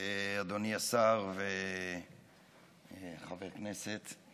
אדוני השר וחבר הכנסת,